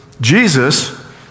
Jesus